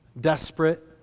desperate